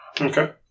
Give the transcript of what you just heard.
Okay